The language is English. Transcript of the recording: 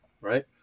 right